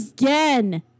again